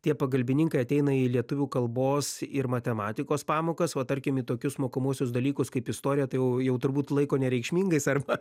tie pagalbininkai ateina į lietuvių kalbos ir matematikos pamokas o tarkim į tokius mokomuosius dalykus kaip istorija tai jau jau turbūt laiko nereikšmingais arba